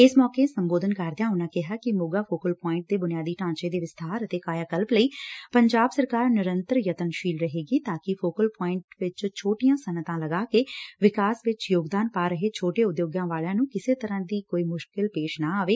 ਇਸ ਮੌਕੇ ਸੰਬੋਧਨ ਕਰਦਿਆਂ ਉਨਾ ਕਿਹਾ ਕਿ ਮੋਗਾ ਫੋਕਲ ਪੁਆਇੰਟ ਦੇ ਬੁਨਿਆਦੀ ਢਾਂਚੇ ਦੇ ਵਿਸਬਾਰ ਅਤੇ ਕਾਇਆ ਕਲਪ ਲਈ ਪੰਜਾਬ ਸਰਕਾਰ ਨਿਰੰਤਰ ਯਤਨਸੀਲ ਰਹੇਗੀ ਤਾਂ ਕਿ ਫੋਕਲ ਪੁਆਇੰਟ ਚ ਛੋਟੀਆਂ ਸਨੱਅਤਾਂ ਲਗਾ ਕੇ ਵਿਕਾਸ ਵਿਚ ਯੋਗਦਾਨ ਪਾ ਰਹੇ ਛੋਟੇ ਉਦਯੋਗਾਂ ਵਾਲਿਆਂ ਨੰ ਕਿਸੇ ਤਰੁਾਂ ਦੀ ਮੁਸ਼ਕਿਲ ਪੇਸ਼ ਨਾ ਆਵੇ